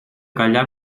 callar